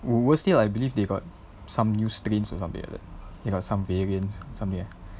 worse still I believe they got some new strains or something like that they got some variants somewhere